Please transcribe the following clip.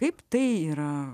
kaip tai yra